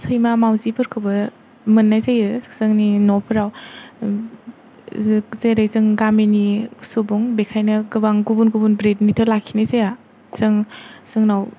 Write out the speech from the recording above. सैमा मावजिफोरखौबो मोननाय जायो जोंनि न'फोराव ओम जेरै जों गामिनि सुबुं बेखायनो गोबां गुबुन गुबुन ब्रिदनिथ' लाखिनाय जाया जों जोंनाव